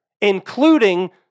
including